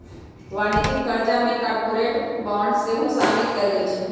वाणिज्यिक करजा में कॉरपोरेट बॉन्ड सेहो सामिल कएल जाइ छइ